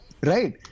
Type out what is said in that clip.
Right